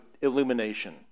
illumination